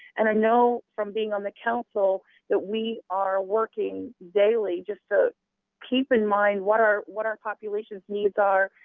and i know from being on the council that we are working daily just to keep in mind what our what our population's needs are,